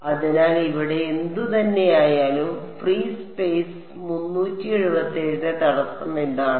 അതിനാൽ ഇവിടെ എന്തുതന്നെയായാലും ഫ്രീ സ്പേസ് 377 ന്റെ തടസ്സം ഇതാണ്